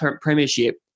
premiership